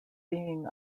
being